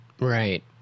Right